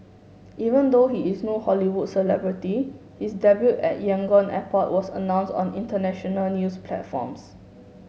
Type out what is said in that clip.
even though he is no Hollywood celebrity his debut at Yangon airport was announced on international news platforms